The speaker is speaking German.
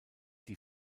die